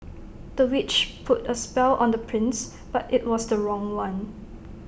the witch put A spell on the prince but IT was the wrong one